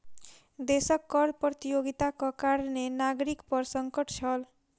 देशक कर प्रतियोगिताक कारणें नागरिक पर संकट छल